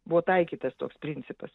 buvo taikytas toks principas